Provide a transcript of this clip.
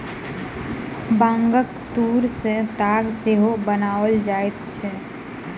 बांगक तूर सॅ ताग सेहो बनाओल जाइत अछि